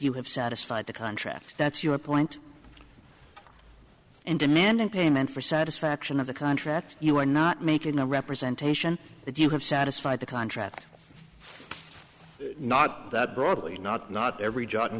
you have satisfied the contract that's your point and demanding payment for satisfaction of the contract you are not making a representation that you have satisfied the contract not that broadly not not every jo